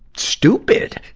stupid!